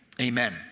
amen